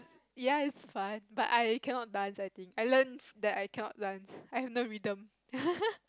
ya is fun but I cannot dance I think I learn that I cannot dance I have no rhythm